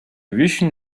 vision